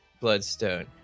bloodstone